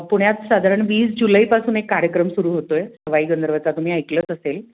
पुण्यात साधारण वीस जुलैपासून एक कार्यक्रम सुरू होतो आहे सवाई गंधर्वचा तुम्ही ऐकलंच असेल